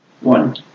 one